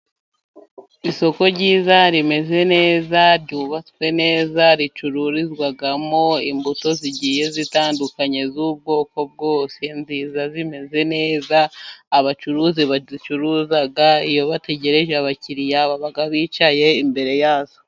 Isoko ryiza, rimeze neza, ryubatswe neza, ricururizwamo imbuto zigiye zitandukanye z'ubwoko bwose, nziza zimeze neza, abacuruzi bazicuruza iyo bategereje abakiriya, baba bicaye imbere yazo.